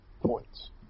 points